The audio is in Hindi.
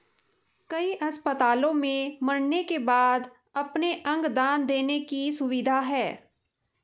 कई अस्पतालों में मरने के बाद अपने अंग दान देने की सुविधा है